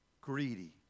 greedy